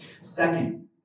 Second